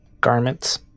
Garments